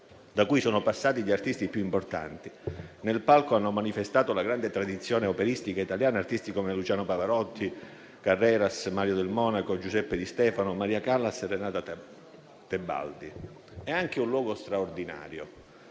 da cui sono passati gli artisti più importanti. Nel palco hanno manifestato la grande tradizione operistica italiana artisti come Luciano Pavarotti, Carreras, Mario Del Monaco, Giuseppe Di Stefano, Maria Callas e Renata Tebaldi. È anche un luogo straordinario